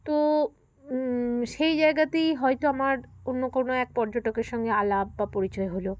তো সেই জায়গাতেই হয়তো আমার অন্য কোনো এক পর্যটকের সঙ্গে আলাপ বা পরিচয় হলো